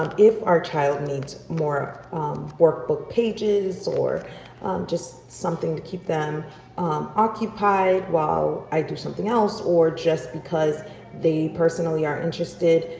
um if our child needs more workbook pages or just something to keep them occupied while i do something else, or just because they personally are interested,